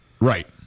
Right